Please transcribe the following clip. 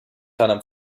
deinem